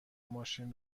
ماشین